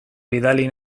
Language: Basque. bidali